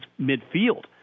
midfield